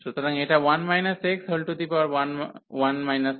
সুতরাং এটা 1 n যখন x→1